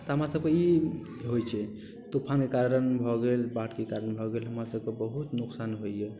तऽ हमरासभकेँ ई होइ छै तुफानके कारण भऽ गेल बाढ़िके कारण भऽ गेल हमरासभके बहुत नोकसान होइए